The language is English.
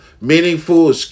meaningful